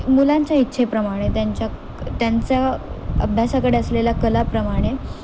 मुलांच्या इच्छेप्रमाणे त्यांच्या त्यांच्या अभ्यासाकडे असलेल्या कलाप्रमाणे